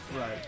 Right